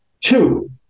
Two